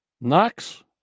Knox